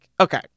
okay